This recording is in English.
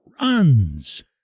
runs